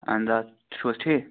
اہن حظ آ تُہۍ چھِو حظ ٹھیٖک